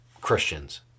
Christians